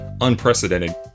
unprecedented